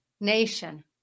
nation